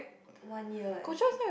one year leh